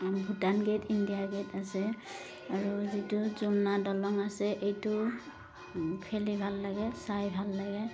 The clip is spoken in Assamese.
ভূটান গেট ইণ্ডিয়া গেট আছে আৰু যিটো জুলনা দলং আছে এইটো খেলি ভাল লাগে চাই ভাল লাগে